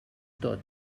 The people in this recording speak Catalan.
tot